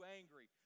angry